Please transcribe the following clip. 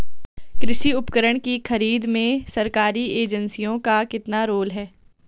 कृषि उपकरण की खरीद में सरकारी एजेंसियों का कितना रोल है?